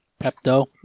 Pepto